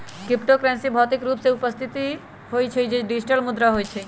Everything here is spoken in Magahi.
क्रिप्टो करेंसी भौतिक रूप में उपस्थित न होइ छइ इ डिजिटल मुद्रा होइ छइ